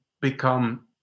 become